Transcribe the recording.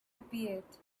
appeared